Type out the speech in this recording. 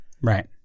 Right